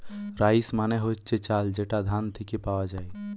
rice মানে হচ্ছে চাল যেটা ধান থিকে পাওয়া যায়